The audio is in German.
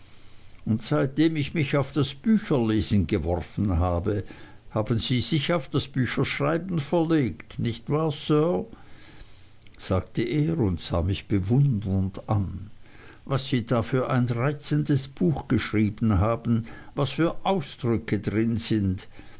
und seitdem ich mich auf das bücherlesen geworfen habe haben sie sich auf das bücherschreiben verlegt nicht wahr sir sagte er und sah mich bewundernd an was sie da für ein reizendes buch geschrieben haben was für ausdrücke drin sind